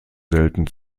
selten